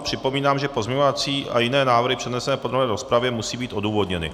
Připomínám, že pozměňovací a jiné návrhy přednesené v podrobné rozpravě musí být odůvodněny.